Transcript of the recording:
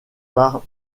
par